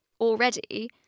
already